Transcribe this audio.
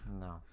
No